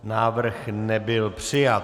Návrh nebyl přijat.